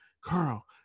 Carl